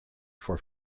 for